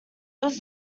was